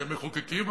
כמחוקקים,